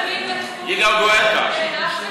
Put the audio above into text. יגאל גואטה.